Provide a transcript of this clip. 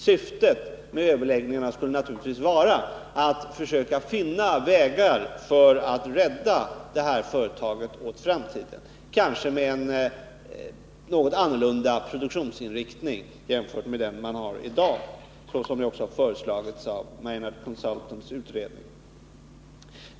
Syftet med överläggningarna skulle naturligtvis vara att försöka finna vägar att rädda detta företag åt framtiden, kanske med en något annorlunda produktionsinriktning jämfört med den man har i dag, såsom ju också har föreslagits av Maynard Shipbuilding Consultants utredning.